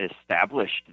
established